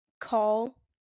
call